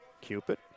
Cupid